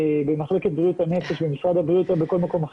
במחלקת בריאות הנפש במשרד הבריאות או בכל מקום אחר.